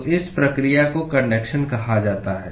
तो इस प्रक्रिया को कन्डक्शन कहा जाता है